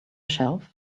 shelf